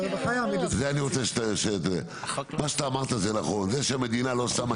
מה שאתה אמרת זה נכון, זה שהמדינה לא שמה כסף.